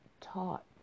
taught